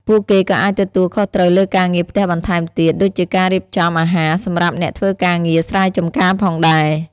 ពួកគេក៏អាចទទួលខុសត្រូវលើការងារផ្ទះបន្ថែមទៀត ដូចជាការរៀបចំអាហារសម្រាប់អ្នកធ្វើការងារស្រែចម្ការផងដែរ។